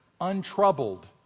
untroubled